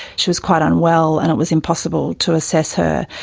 she was quite unwell and it was impossible to assess her.